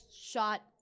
shot –